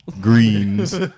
greens